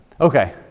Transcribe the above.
Okay